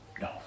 no